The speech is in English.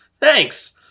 thanks